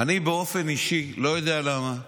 אני באופן אישי, לא יודע למה,